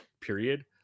period